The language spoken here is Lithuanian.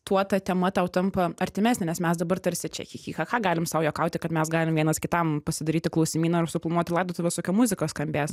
tuo ta tema tau tampa artimesnė nes mes dabar tarsi čia chi chi cha cha galim sau juokauti kad mes galim vienas kitam pasidaryti klausimyną ar suplanuoti laidotuves kokia muzika skambės